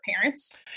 parents